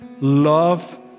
Love